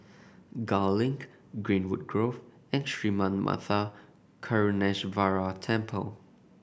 Gul Link Greenwood Grove and Sri Manmatha Karuneshvarar Temple